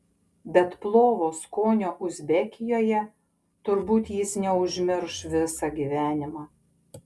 bet plovo skonio uzbekijoje turbūt jis neužmirš visą gyvenimą